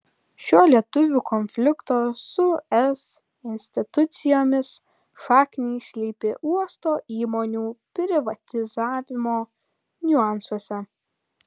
šio lietuvių konflikto su es institucijomis šaknys slypi uosto įmonių privatizavimo niuansuose